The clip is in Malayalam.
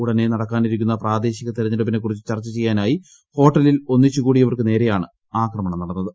ഉടനെ നടക്കാനിരിക്കുന്നി പ്രാ്ദേശിക തെരെഞ്ഞെടുപ്പിനെക്കുറിച്ച് ചർച്ച് ചെയ്യാനായി ഹോട്ടലിൽ ഒന്നിച്ചു കൂടിയവർക്കു നേക്കൂയാണ് ആക്രമണം നടന്നത്